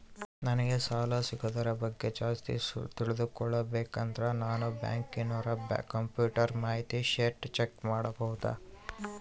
ನಂಗೆ ಸಾಲ ಸಿಗೋದರ ಬಗ್ಗೆ ಜಾಸ್ತಿ ತಿಳಕೋಬೇಕಂದ್ರ ನಾನು ಬ್ಯಾಂಕಿನೋರ ಕಂಪ್ಯೂಟರ್ ಮಾಹಿತಿ ಶೇಟ್ ಚೆಕ್ ಮಾಡಬಹುದಾ?